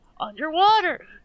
underwater